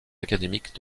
académiques